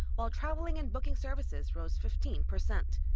while traveling and booking services rose fifteen percent.